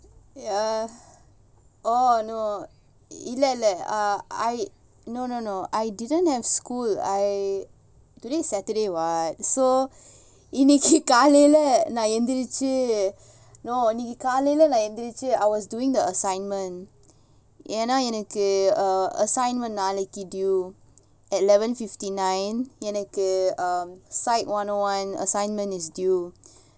I no no I didn't have school today is saturday [what] இன்னைக்குகாலைலநான்எந்திரிச்சிஇன்னைக்குகாலைலநான்எந்திரிச்சி:innaiku kalaila nan enthirichi innaiku kalaila nan endhirichi I was doing the assignment எனாஎனக்கு:yena enakku assignment நாளைக்கு:nalaiku due at eleven fifty nine எனக்கு:enakku site one O one assignment is due